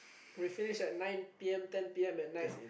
we finish at nine P_M ten P_M at night